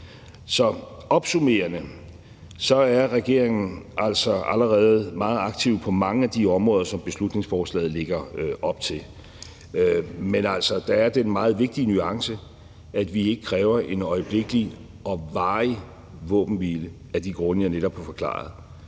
Opsummerende vil jeg sige, at regeringen allerede er meget aktiv på mange af de områder, som beslutningsforslaget lægger op til, men der er altså den meget vigtige nuance, at vi ikke kræver en øjeblikkelig og varig våbenhvile af de grunde, jeg netop har forklaret.